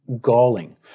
galling